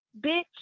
bitch